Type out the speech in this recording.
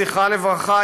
זכרה לברכה,